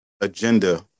agenda